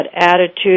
attitude